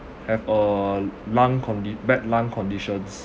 have a lung condi~ bad lung conditions